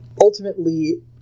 Ultimately